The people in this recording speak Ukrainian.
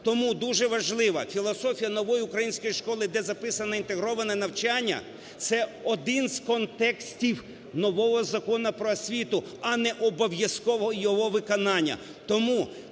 Тому дуже важливо, філософія нової української школи, де записане інтегроване навчання, – це один з контекстів нового Закону про освіту, а не обов'язкового його виконання.